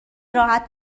راحت